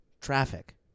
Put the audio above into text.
Traffic